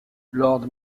lord